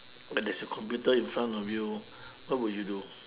that there's a computer in front of you what will you do